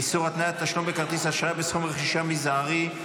איסור התניית תשלום בכרטיס אשראי בסכום רכישה מזערי),